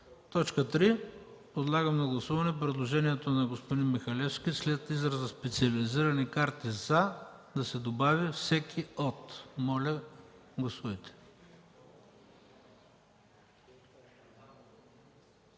По т. 3 ще подложа на гласуване предложението на господин Михалевски след изразът „специализирани карти за” да се добави „всеки от”. Моля, гласувайте.